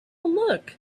look